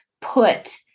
put